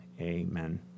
amen